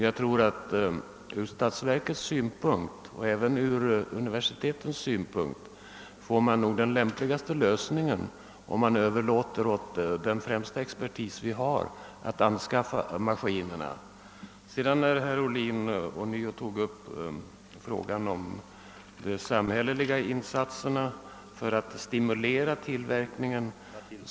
Jag tror att man ur statsverkets och även ur universitetens synpunkt får den lämpligaste lösningen om man överlåter åt den främsta expertis vi har att anskaffa maskiner. Herr Ohlin tog ånyo upp frågan om de samhälleliga insatserna för att stimulera tillverkningen.